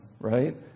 right